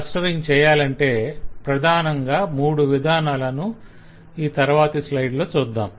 clustering చెయ్యాలంటే ప్రధానమైన మూడు విధానాలను ఈ తరువాతి స్లయిడ్ లలో చూద్దాం